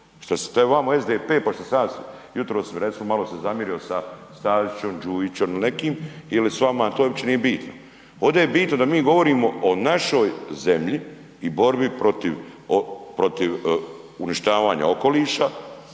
Šta je vamo SDP, pošto sam ja jutros recimo malo se zamjerio sa Stazićem, Đujićem ili nekim ili s vama, to uopće nije bitno. Ovdje je bitno da mi govorimo o našoj zemlji i borbi protiv uništavanja okoliša